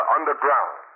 Underground